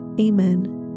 Amen